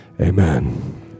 amen